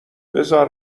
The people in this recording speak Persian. بزار